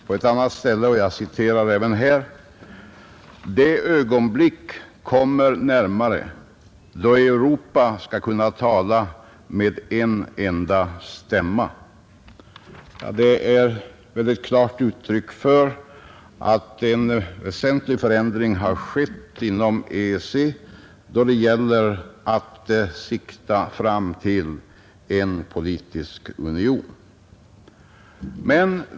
På ett annat ställe sägs: ”Det ögonblick kommer närmare då Europa skall kunna tala med en enda stämma.” Detta är väl ett klart uttryck för att en väsentlig förändring har skett inom EEC då det gäller att sikta fram till en politisk union.